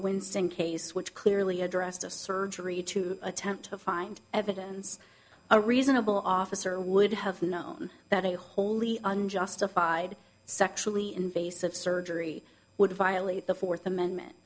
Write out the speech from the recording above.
wincing case which clearly addressed of surgery to attempt to find evidence a reasonable officer would have known that a wholly unjustified sexually invasive surgery would violate the fourth amendment